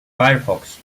firefox